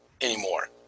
anymore